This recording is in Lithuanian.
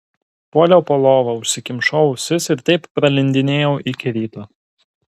puoliau po lova užsikimšau ausis ir taip pralindėjau iki ryto